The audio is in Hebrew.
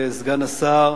לסגן השר,